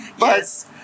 Yes